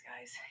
guys